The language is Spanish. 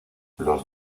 los